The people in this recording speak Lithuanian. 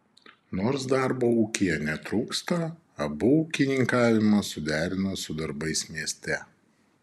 nors darbo ūkyje netrūksta abu ūkininkavimą suderina su darbais mieste